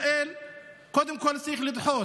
קודם כול צריך לדחות